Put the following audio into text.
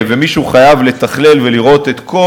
ומישהו חייב לתכלל ולראות את כל